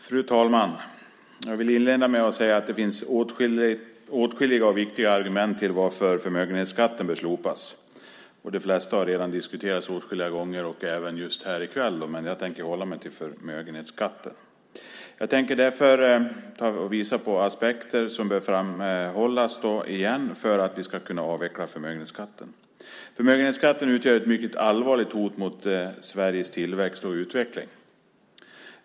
Fru talman! Jag vill inleda med att säga att det finns åtskilliga viktiga argument för att förmögenhetsskatten bör slopas, och de flesta har redan diskuterats åtskilliga gånger, även just här i kväll. Men jag tänker hålla mig till förmögenhetsskatten. Jag tänker visa på aspekter som bör framhållas igen för att vi ska kunna avveckla förmögenhetsskatten. Förmögenhetsskatten utgör ett mycket allvarligt hot mot Sveriges tillväxt och utveckling.